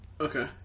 Okay